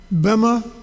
Bema